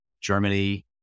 Germany